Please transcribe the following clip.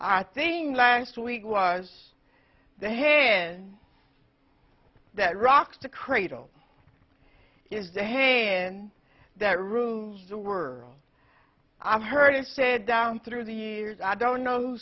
i thing last week was the hand that rocks the cradle is the hand that rules the world i've heard it said down through the years i don't know who